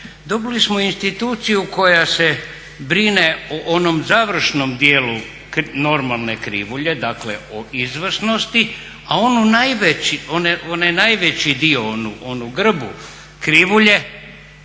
Dobili smo instituciju koja se brine o onom završnom dijelu normalne krivulje, dakle o izvrsnosti, a onaj najveći dio, onu grbu krivulje